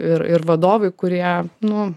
ir ir vadovai kurie nu